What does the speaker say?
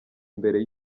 imbere